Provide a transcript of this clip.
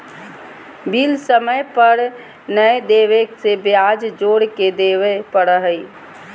bill समय पर नयय देबे से ब्याज जोर के देबे पड़ो हइ